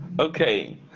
Okay